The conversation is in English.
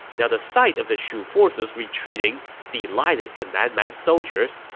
the the sight of the shu forces retreating delighted the nan man soldiers,